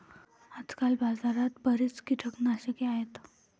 आजकाल बाजारात बरीच कीटकनाशके आहेत